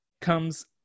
Comes